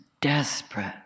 desperate